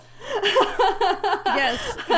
Yes